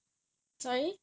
ya lah